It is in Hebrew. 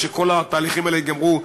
כשכל התהליכים האלה ייגמרו,